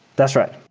that's right.